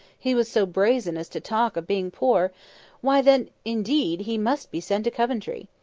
he was so brazen as to talk of being poor why, then, indeed, he must be sent to coventry.